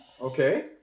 Okay